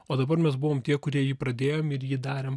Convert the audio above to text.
o dabar mes buvom tie kurie jį pradėjom ir jį darėm